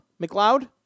McLeod